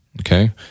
okay